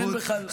אין בכלל ספק.